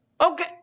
okay